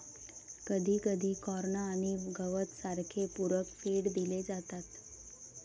कधीकधी कॉर्न आणि गवत सारखे पूरक फीड दिले जातात